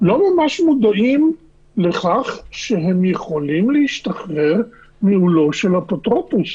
לא ממש מודעים לכך שהם יכולים להשתחרר מעולו של אפוטרופוס.